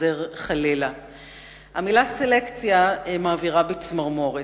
המלה "סלקציה" מעבירה בי צמרמורת.